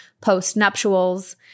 post-nuptials